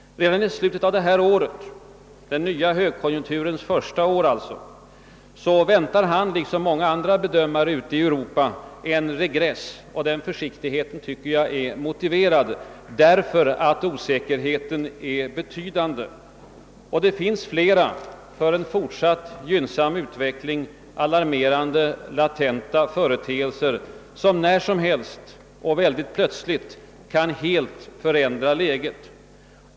Redan i slutet av detta år — den nya högkonjunkturens första år — väntar finansministern liksom många andra bedömare ute i Europa en regress. Den försiktigheten tycker jag är motiverad, ty osäkerheten är betydande. Det finns flera för en fortsatt gynnsam utveckling alarmerande latenta företeelser som när som helst och väldigt plötsligt kan helt förändra läget.